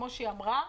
כמו שהיא אמרה,